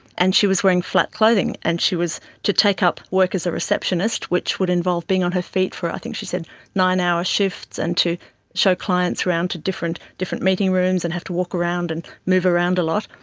and she was wearing flat clothing, and she was to take up work as a receptionist, which would involve being on her feet for i think she said nine-hour shifts, and to show clients around to different different meeting rooms and have to walk around and move around a lot.